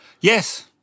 Yes